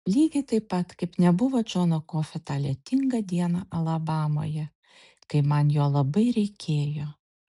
lygiai taip pat kaip nebuvo džono kofio tą lietingą dieną alabamoje kai man jo labai reikėjo